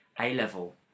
A-level